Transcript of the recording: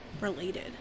related